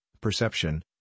perception